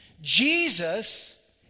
Jesus